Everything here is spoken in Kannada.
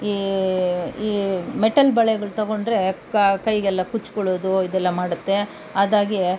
ಈ ಈ ಮೆಟಲ್ ಬಳೆಗಳು ತೊಗೊಂಡರೆ ಕ ಕೈಗೆಲ್ಲ ಕುಚ್ಕೊಳೋದು ಇದೆಲ್ಲ ಮಾಡುತ್ತೆ ಅದಾಗಿ